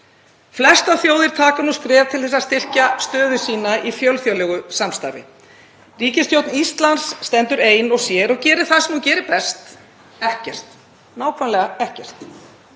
Flestar þjóðir taka nú skref til að styrkja stöðu sína í fjölþjóðlegu samstarfi. Ríkisstjórn Íslands stendur ein og sér og gerir það sem hún gerir best — ekkert. Nákvæmlega ekkert.